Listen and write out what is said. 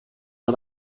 man